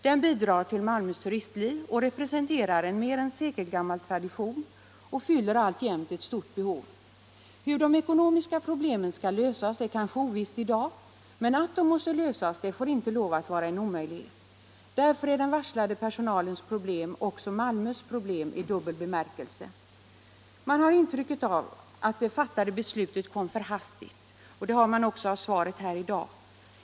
Den bidrar till Malmös turistliv och representerar en mer än sekelgammal tradition. Den fyller alltjämt ett stort behov. Hur de ekonomiska problemen skall lösas är ovisst i dag, men lösningen får inte vara en omöjlighet. Därför är den varslade personalens problem ochså Malmös problem i dubbel bemärkelse. Man har intrycket att det fattade beslutet kom för hastigt, och det intrycket ger också svaret här i dag.